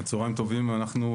צוהריים טובים,